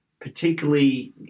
particularly